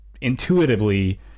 intuitively